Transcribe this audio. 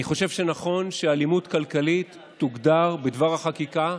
אני חושב שנכון שאלימות כלכלית תוגדר בדבר החקיקה